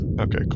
Okay